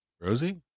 Rosie